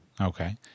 Okay